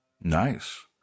Nice